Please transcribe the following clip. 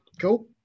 Cool